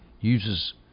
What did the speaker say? uses